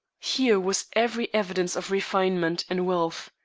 here was every evidence of refinement and wealth.